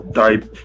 type